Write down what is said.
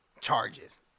charges